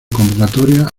convocatorias